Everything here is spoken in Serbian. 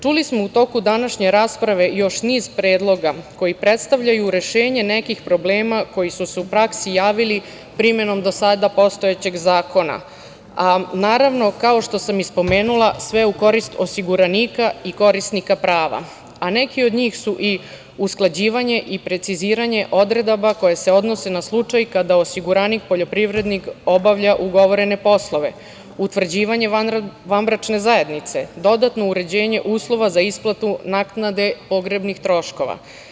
Čuli smo u toku današnje rasprave još niz predloga koji predstavljaju rešenje nekih problema koji su se u praksi javili primenom do sada postojećeg zakona, a naravno, kao što sam i spomenula, sve u korist osiguranika i korisnika prava, a neki od njih su i usklađivanje i preciziranje odredaba koje se odnose na slučaj kada osiguranik poljoprivrednik obavlja ugovorene poslove, utvrđivanje vanbračne zajednice, dodatno uređenje uslova za isplatu naknade pogrebnih troškova.